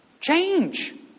Change